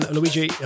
Luigi